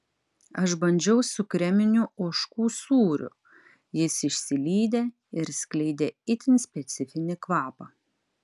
aš bandžiau su kreminiu ožkų sūriu jis išsilydė ir skleidė itin specifinį kvapą